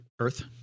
Earth